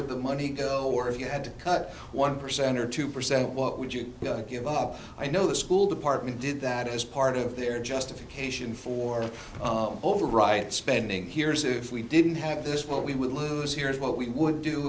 with the money go or if you had to cut one percent or two percent what would you give up i know the school department did that as part of their justification for over right spending here's if we didn't have this what we would lose here is what we would do